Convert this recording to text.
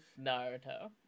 Naruto